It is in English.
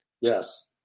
Yes